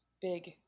big